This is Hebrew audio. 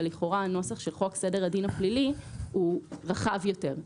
אבל לכאורה הנוסח של חוק סדר הדין הפלילי הוא רחב יותר.